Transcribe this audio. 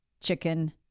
chicken